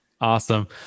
Awesome